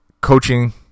coaching